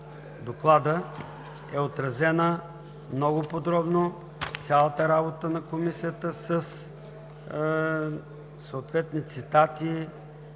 е отразена много подробно цялата работа на Комисията със съответни цитати